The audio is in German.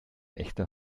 echter